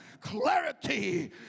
clarity